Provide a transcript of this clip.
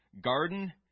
garden